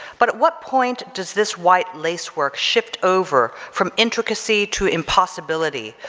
but at what point does this white lace work shift over from intricacy to impossibility,